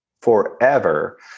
forever